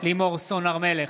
לימור סון הר מלך,